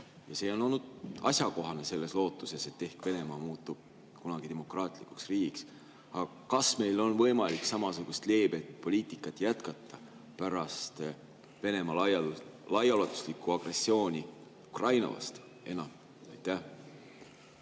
See on olnud asjakohane selles lootuses, et ehk Venemaa muutub kunagi demokraatlikuks riigiks. Aga kas meil on võimalik samasugust leebet poliitikat jätkata ka pärast Venemaa laiaulatuslikku agressiooni Ukraina vastu? Austatud